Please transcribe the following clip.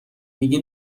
میگی